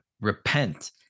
repent